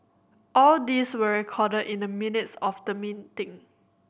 all these were recorded in the minutes of the meeting